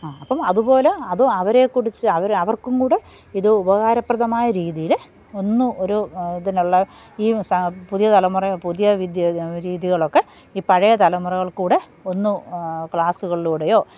ആ അപ്പോള് അതുപോലെ അതും അവരെക്കുടിച്ച് അവര് അവർക്കുംകൂടെ ഇത് ഉപകാരപ്രദമായ രീതിയില് ഒന്നു ഒരു ഇതിനുള്ള ഈ സാ പുതിയ തലമുറയെ പുതിയ വിദ്യ രീതികളൊക്കെ ഈ പഴയ തലമുറകൾക്കൂടെ ഒന്നു ക്ലാസ്കളിലൂടെയോ